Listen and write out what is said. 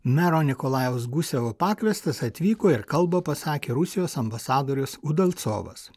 mero nikolajaus gusevo pakviestas atvyko ir kalbą pasakė rusijos ambasadorius udalcovas